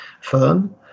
firm